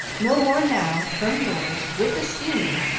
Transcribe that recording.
no more now, from yours, with esteem,